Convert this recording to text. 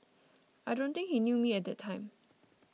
I don't think he knew me at that time